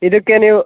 ಇದಕ್ಕೆ ನೀವು